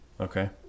Okay